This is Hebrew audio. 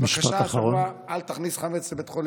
בבקשה, אל תכניס חמץ לבית החולים".